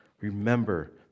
Remember